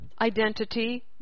identity